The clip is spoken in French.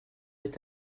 est